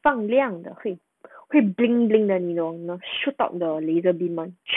放亮的会会 bling bling 的你懂你懂 shootout the lazer beam 吗